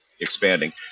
expanding